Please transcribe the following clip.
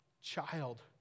child